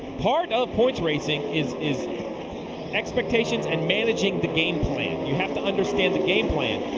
part of points racing is is expectations and managing the game plan. you have to understand the game plan.